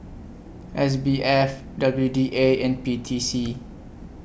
S B F W D A and P T C